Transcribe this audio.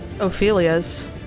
Ophelia's